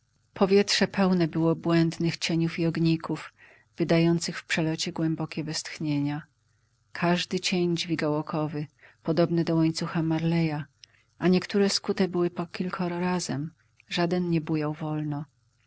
powietrze pełne było błędnych cieniów i ogników wydających w przelocie głębokie westchnienia każdy cień dźwigał okowy podobne do łańcucha marleya niektóre skute były po kilkoro razem żaden nie bujał wolno